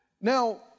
Now